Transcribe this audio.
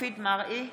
מופיד מרעי,